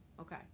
Okay